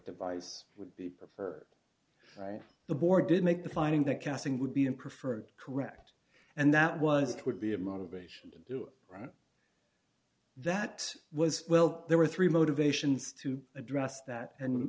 device would be preferred right the board did make the finding that casting would be in preferred correct and that was could be a motivation to do it right that was well there were three motivations to address that and